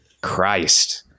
Christ